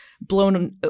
blown